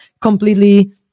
completely